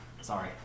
Sorry